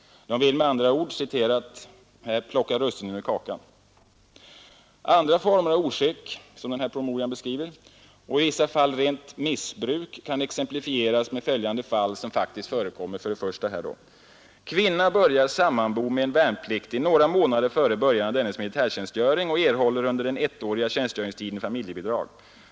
De vill med andra ord ”plocka russinen ur kakan”. Andra former av oskick och i vissa fall rent missbruk kan exemplifieras med följande fall, som faktiskt förekommer: 1) Kvinna börjar sammanbo med en värnpliktig några månader före början av dennes militärtjänstgöring och erhåller under den ettåriga tjänstgöringstiden familjebidrag.